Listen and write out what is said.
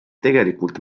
tegelikult